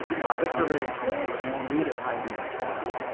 by this arrangement there was no need of hiring a clerk.